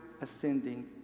ascending